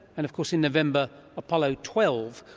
and of course in november, apollo twelve,